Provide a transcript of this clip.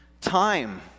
Time